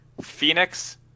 Phoenix